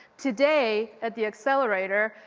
today, at the accelerator,